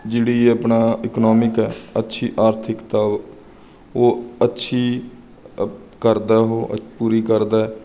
ਜਿਹੜੀ ਆਪਣਾ ਇਕਨੋਮਿਕ ਹੈ ਅੱਛੀ ਆਰਥਿਕਤਾ ਉਹ ਅੱਛੀ ਕਰਦਾ ਉਹ ਪੂਰੀ ਕਰਦਾ